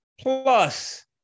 plus